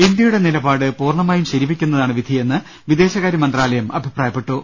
ഇന്ത്യയുടെ നിലപാട് പൂർണമായും ശരിവയ്ക്കുന്നതാണ് വിധിയെന്ന് വിദേശകാര്യമന്ത്രാലയം അഭിപ്രായപ്പെട്ടു